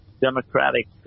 Democratic